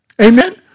Amen